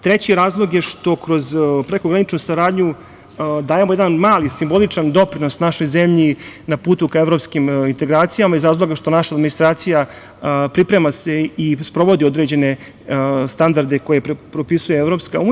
Treći razlog je što kroz prekograničnu saradnju dajemo jedan mali simboličan doprinos našoj zemlji na putu ka evropskim integracijama iz razloga što naša administracija priprema se i sprovodi određene standarde koje propisuje EU.